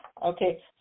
okay